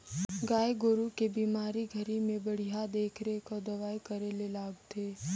गाय गोरु के बेमारी घरी में बड़िहा देख रेख अउ दवई करे ले लगथे